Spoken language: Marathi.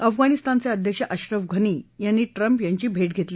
अफगाणिस्तानचे अध्यक्ष अश्रफ घनी यांची ट्रम्प यांची भेट घेतली